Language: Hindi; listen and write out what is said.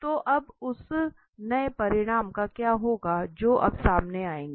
तो अब उस नए परिणाम का क्या होगा जो अब सामने आएंगे